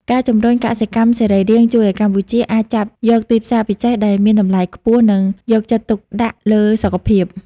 ការជំរុញកសិកម្មសរីរាង្គជួយឱ្យកម្ពុជាអាចចាប់យកទីផ្សារពិសេសដែលមានតម្លៃខ្ពស់ និងយកចិត្តទុកដាក់លើសុខភាព។